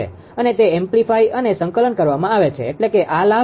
અને તે એમ્પ્લીફાઈ અને સંકલન કરવામાં આવે છે એટલે કે આ લાભ છે